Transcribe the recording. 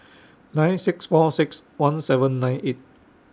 nine six four six one seven nine eight